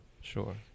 Sure